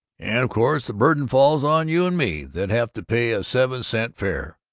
and of course the burden falls on you and me that have to pay a seven-cent fare!